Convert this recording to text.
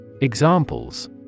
Examples